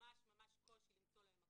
ממש ממש קושי למצוא להם מקום.